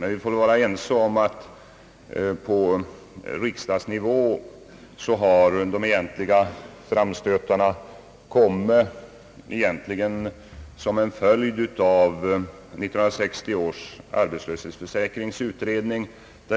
Men vi får väl vara ense om att på riksdagsnivå har de egentliga framstötarna kommit närmast som en följd av 1960 års arbetslöshetsförsäkringsutredning.